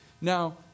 Now